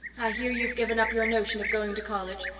i hear you've given up your notion of going to college.